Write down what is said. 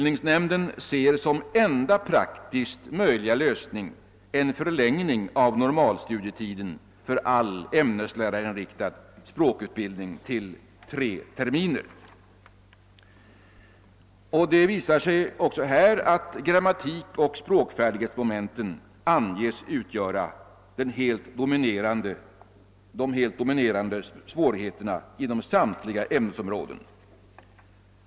Nämnden ser som enda praktiskt möjliga lösning en förlängning av normalstudietiden för all ämneslärarinriktad språkutbildning till tre terminer. Det visar sig också här att grammatikoch språkfärdighetsmomenten anges utgöra de helt dominerande svårigheterna inom samtliga ämnesområden.